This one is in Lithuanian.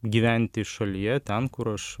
gyventi šalyje ten kur aš